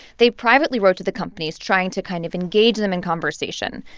they privately wrote to the companies trying to kind of engage them in conversation.